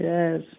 Yes